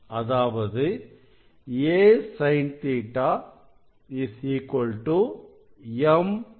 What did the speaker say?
அதாவது asin Ɵ m λ